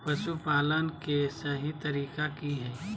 पशुपालन करें के सही तरीका की हय?